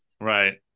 Right